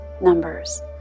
Numbers